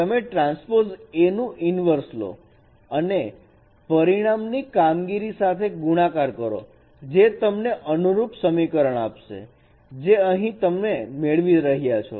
તેથી હવે તમે ટ્રાન્સપોઝ A નું "inverse" લો અને પરિણામ ની કામગીરી સાથે ગુણાકાર કરો જે તમને અનુરૂપ સમીકરણ આપશે જે તમે અહીં મેળવી રહ્યા છો